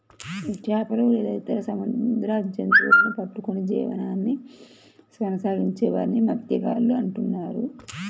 చేపలు లేదా ఇతర సముద్ర జంతువులను పట్టుకొని జీవనాన్ని కొనసాగించే వారిని మత్య్సకారులు అంటున్నారు